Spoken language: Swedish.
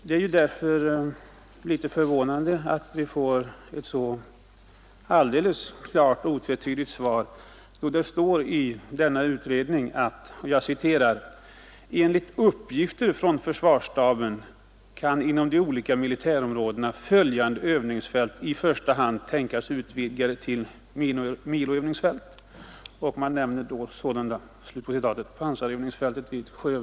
Det är litet förvånande att vi nu fått ett så klart och otvetydigt svar med hänsyn till att det i utredningen står att enligt uppgifter från försvarsstaben kan bl.a. pansarövningsfältet i Skövde och eventuellt även Remmene i första hand tänkas utvidgas till miloövningsfält.